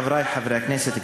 חברי חברי הכנסת,